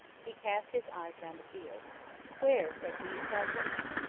he cast his eyes round the field where, said he, is our general?